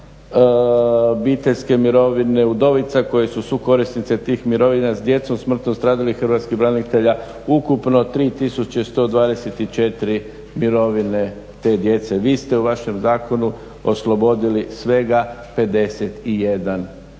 obiteljske mirovine udovica koje su sukorisnice tih mirovina s djecom smrtno stradalih hrvatskih branitelja ukupno 3124 mirovine te djece". Vi ste u svome zakonu oslobodili svega 51 dijete.